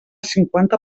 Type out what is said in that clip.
cinquanta